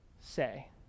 say